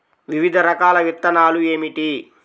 వివిధ రకాల విత్తనాలు ఏమిటి?